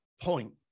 point